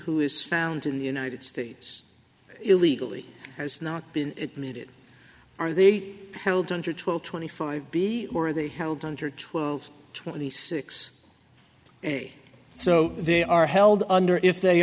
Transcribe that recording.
who is found in the united states illegally has not been committed are they held under twelve twenty five b or are they held under twelve twenty six a so they are held under if they